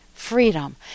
freedom